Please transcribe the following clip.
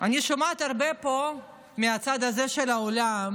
אני שומעת הרבה פה מהצד הזה של האולם